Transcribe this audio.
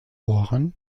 geb